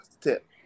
tip